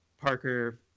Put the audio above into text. parker